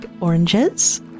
oranges